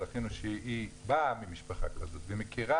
זכינו שהיא באה ממשפחה כזאת ומכירה